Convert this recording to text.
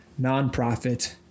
nonprofit